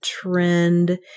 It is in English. trend